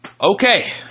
okay